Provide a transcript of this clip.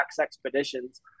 expeditions